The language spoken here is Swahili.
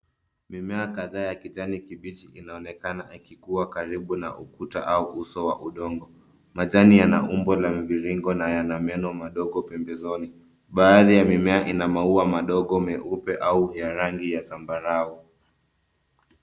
Mimea kadhaa ya kijani kibichi inaonekana ikikuwa karibu na ukuta au uso wa udongo. Majani yana umbo la mviringo na yana meno madogo pembezoni. Baadhi ya mimea ina maua madogo meupe au ya rangi ya zambarau.